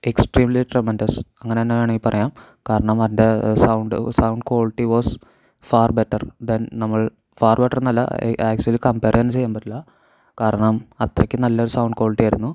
extremely tremendous അങ്ങനെ തന്നെ വേണമെങ്കിൽ പറയാം കാരണം അതിൻ്റെ sound sound quality was far better than നമ്മൾ ഫാർ ബെറ്റർ എന്നല്ല ആക്ചവലി കമ്പെർ തന്നെ ചെയ്യാൻ പറ്റില്ല കാരണം അത്രയ്ക്ക് നല്ലൊരു സൗണ്ട് ക്വാളിറ്റി അയിരുന്നു